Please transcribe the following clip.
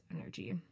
energy